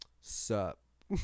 Sup